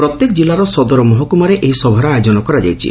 ପ୍ରତ୍ୟେକ ଜିଲ୍ଲାର ସଦର ମହକୁମାରେ ଏହି ସଭାର ଆୟୋଜନ କରାଯାଇଛି